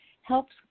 helps